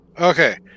Okay